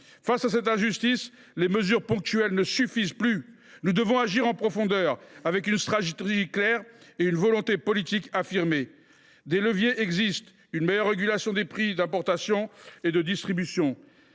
Face à cette injustice, les mesures ponctuelles ne suffisent plus. Nous devons agir en profondeur, avec une stratégie claire et une volonté politique affirmée. Des leviers existent : une meilleure régulation des circuits d’importation et de distribution,